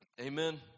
Amen